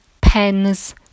pens